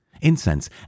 incense